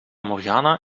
morgana